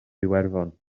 iwerddon